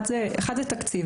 אחד, זה תקציב.